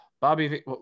Bobby